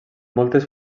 moltes